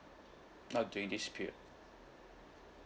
not during this period